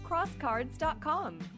crosscards.com